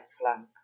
flank